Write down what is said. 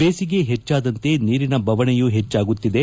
ಬೇಸಿಗೆ ಹೆಚ್ಚಾದಂತೆ ನೀರಿನ ಬವಣೆಯು ಹೆಚ್ಚಾಗುತ್ತಿದೆ